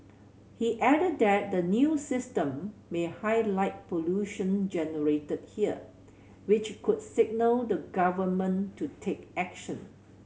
he added that the new system may highlight pollution generated here which could signal the Government to take action